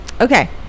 Okay